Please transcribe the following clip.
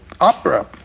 opera